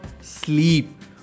sleep